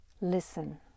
listen